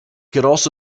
also